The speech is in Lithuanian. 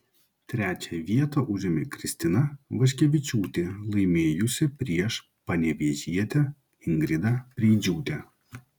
trečią vietą užėmė kristina vaškevičiūtė laimėjusi prieš panevėžietę ingridą preidžiūtę